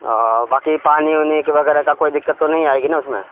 باقی پانی وونی کی وغیرہ کا کوئی دقت تو نہیں آئے گی نا اس میں